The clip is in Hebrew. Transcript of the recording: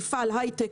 מפעל הייטק,